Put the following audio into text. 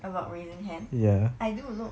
about raising hand I do look